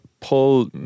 pull